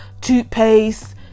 toothpaste